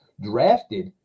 Drafted